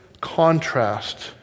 contrast